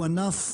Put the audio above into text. הוא ענף,